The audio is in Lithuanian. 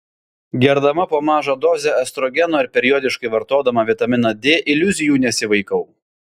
gerdama po mažą dozę estrogeno ir periodiškai vartodama vitaminą d iliuzijų nesivaikau